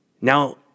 Now